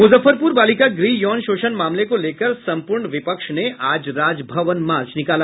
मूजफ्फरपूर बालिका गृह यौन शोषण मामले को लेकर संपूर्ण विपक्ष ने आज राजभवन मार्च निकाला